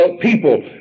people